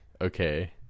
okay